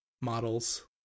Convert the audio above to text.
models